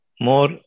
more